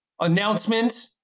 announcement